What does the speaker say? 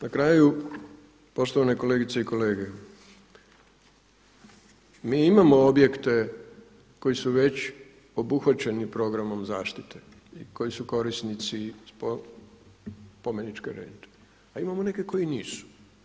Na kraju poštovane kolegice i kolege, mi imamo objekte koji su već obuhvaćeni programom zaštite i koji su korisnici spomeničke rente, a imamo neke koji nisu.